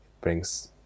brings